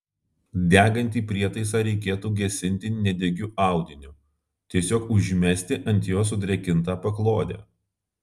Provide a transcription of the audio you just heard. degantį prietaisą reikėtų gesinti nedegiu audiniu tiesiog užmesti ant jo sudrėkintą paklodę